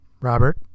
Robert